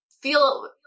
feel